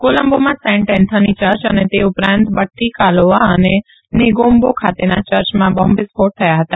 કોલંબોમાં સેન્મ Anthony church ૈ ને તે ઉપરાંત બટ્ટીકાલોઆ ૈ ને નેગોમ્બો ખાતેના યર્ચમાં બોમ્બ વિસ્ફો થયા હતા